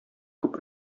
күп